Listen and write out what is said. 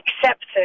accepted